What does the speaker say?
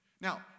Now